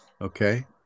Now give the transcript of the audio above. Okay